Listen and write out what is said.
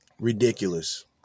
ridiculous